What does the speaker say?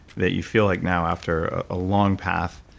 that you feel like now, after ah long path,